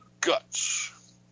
guts